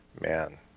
man